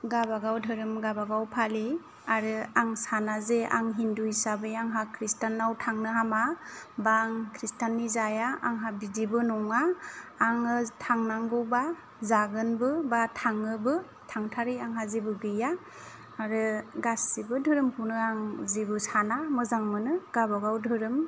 गावबागाव धोरोम गावबागाव फालि आरो आं साना जे आं हिन्दु हिसाबै आंहा ख्रिष्टानाव थांनो हामा बा आं ख्रिष्टाननि जाया आंहा बिदिबो नङा आङो थांनांगौबा जागोनबो बा थांगोनबो थांथारि आंहा जेबो गैया आरो गासिबो धोरोमखौनो आं जेबो साना मोजां मोनो गावबागाव धोरोम